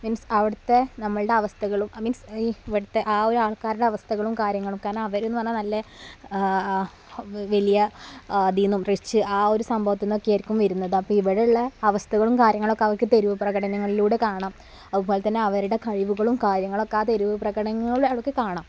means അവിടുത്തെ നമ്മളുടെ അവസ്ഥകളും മീന്സ് ഇവിടുത്തെ ആ ഒരു ആൾക്കാരുടെ അവസ്ഥകളും കാര്യങ്ങളും കാരണം അവരെന്നു പറഞ്ഞാല് നല്ല വലിയ അതീന്നും റിച്ച് ആ ഒരു സംഭവത്തിന്ന് ഒക്കെ ആയിരിക്കും വരുന്നത് അപ്പോള് ഇവിടെയുള്ള അവസ്ഥകളും കാര്യങ്ങളുമൊക്കെ അവര്ക്ക് തെരുവ് പ്രകടനങ്ങളിലൂടെ കാണാം അതുപോലെ തന്നെ അവരുടെ കഴിവുകളും കാര്യങ്ങളും ഒക്കെ ആ തെരുവു പ്രകടനങ്ങളില് അവർക്ക് കാണാം